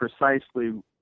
precisely